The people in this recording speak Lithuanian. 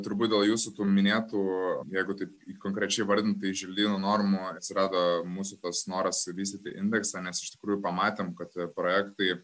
turbūt dėl jūsų tų minėtų jeigu taip konkrečiai įvardint tai želdynų normų atsirado mūsų tas noras vystyti indeksą nes iš tikrųjų pamatėm kad projektai